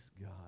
God